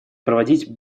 проводить